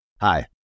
Hi